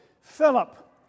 Philip